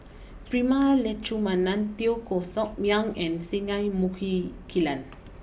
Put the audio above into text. Prema Letchumanan Teo Koh Sock Miang and Singai Muki Kilan